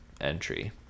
entry